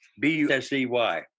B-U-S-E-Y